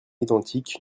identiques